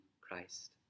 Christ